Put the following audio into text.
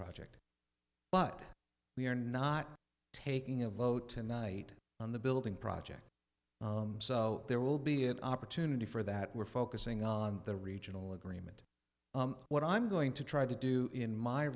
project but we are not taking a vote tonight on the building project so there will be an opportunity for that we're focusing on the regional agreement what i'm going to try to do in my